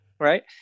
Right